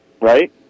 right